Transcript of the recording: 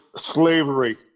slavery